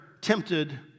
tempted